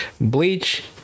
Bleach